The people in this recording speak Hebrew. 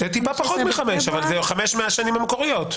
זה טיפה פחות מחמש, אבל זה חמש מהשנים המקוריות.